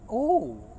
oo